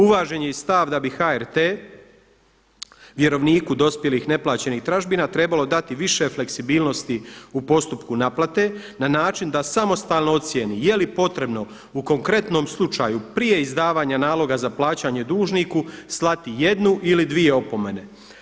Uvažen je i stav da bi HRT vjerovniku dospjelih neplaćenih tražbina trebalo dati više fleksibilnosti u postupku naplate na način da samostalno ocijeni jeli potrebno u konkretnom slučaju prije izdavanja naloga za plaćanje dužniku slati jednu ili dvije opomene.